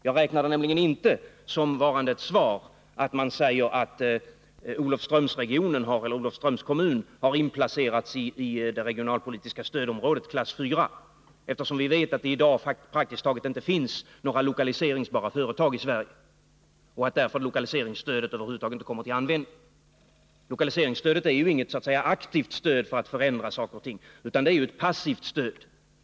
Jag räknar nämligen inte som ett svar att han säger att Olofströms kommun har inplacerats i det regionalpolitiska stödområdet klass 4, eftersom vi vet att det i dag praktiskt taget inte finns några lokaliseringsbara företag i Sverige och att lokaliseringsstödet därför över huvud taget inte kommer till användning. Lokaliseringsstödet är inget aktivt stöd för att förändra saker och ting, utan det är ett passivt stöd.